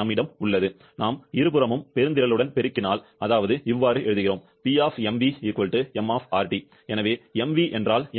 நம்மிடம் உள்ளது Pv RT நாம் இருபுறமும் பெருந்திறலுடன் பெருக்கினால் அதாவது எழுதுகிறோம் P m RT எனவே என்றால் என்ன